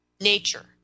nature